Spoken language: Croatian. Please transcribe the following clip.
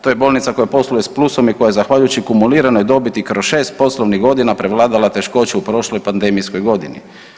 To je bolnica koja posluje s plusom i koja zahvaljujući kumuliranoj dobiti kroz 6 poslovnih godina, prevladala teškoće u prošloj pandemijskoj godini.